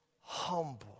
humble